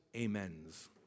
amens